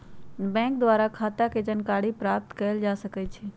bank द्वारा खता के जानकारी प्राप्त कएल जा सकइ छइ